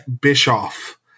Bischoff